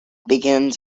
begins